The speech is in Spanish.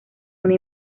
una